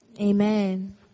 Amen